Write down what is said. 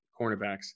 cornerbacks